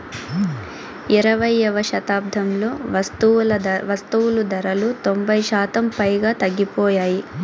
ఇరవైయవ శతాబ్దంలో వస్తువులు ధరలు తొంభై శాతం పైగా తగ్గిపోయాయి